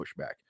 pushback